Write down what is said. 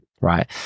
right